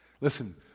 Listen